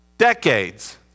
decades